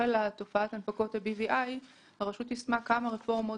שהחלה תופעת הנפקות ה-BVI הרשות יישמה כמה רפורמות